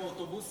אדוני